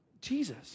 Jesus